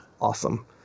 awesome